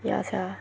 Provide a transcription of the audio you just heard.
ya sia